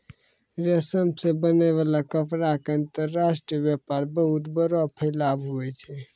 रेशम से बनै वाला कपड़ा के अंतर्राष्ट्रीय वेपार बहुत बड़ो फैलाव हुवै छै